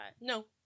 No